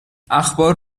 اخبار